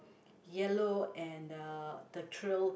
yellow and uh the trail